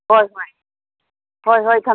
ꯍꯣꯏ ꯍꯣꯏ ꯍꯣꯏ ꯍꯣꯏ ꯊꯝꯃꯦ